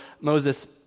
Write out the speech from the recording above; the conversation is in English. Moses